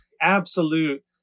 absolute